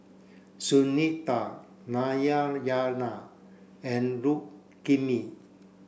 Sunita Narayana and Rukmini